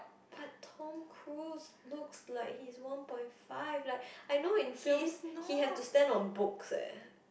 but Tom-Cruise looks like he's one point five like I know in films he have to stand on books eh